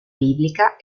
biblica